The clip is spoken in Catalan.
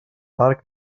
arc